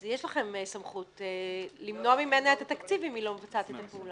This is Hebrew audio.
יש לכם סמכות למנוע ממנה את התקציב אם היא לא מבצעת את הפעולה.